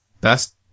best